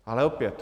Ale opět.